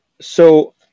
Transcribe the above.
so-